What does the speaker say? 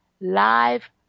live